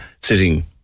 sitting